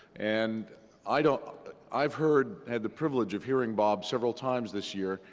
and i don't i've heard had the privilege of hearing bob several times this year.